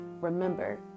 Remember